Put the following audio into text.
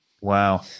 Wow